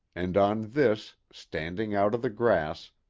and on this, standing out of the grass,